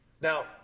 Now